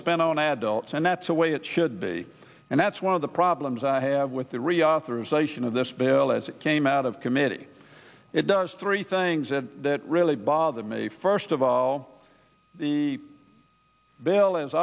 spent on adults and that's the way it should be and that's one of the problems i have with the reauthorization of this bill as it came out of committee it does three things that really bother me first of all bill is